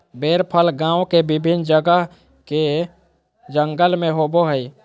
बेर फल गांव के विभिन्न जगह के जंगल में होबो हइ